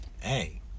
Hey